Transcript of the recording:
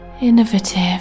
innovative